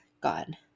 God